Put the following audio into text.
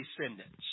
descendants